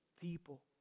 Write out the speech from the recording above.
people